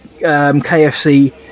KFC